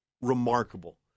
remarkable